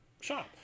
shop